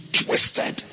twisted